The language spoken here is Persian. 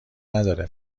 نداره